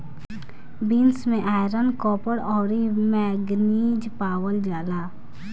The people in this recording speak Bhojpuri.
बीन्स में आयरन, कॉपर, अउरी मैगनीज पावल जाला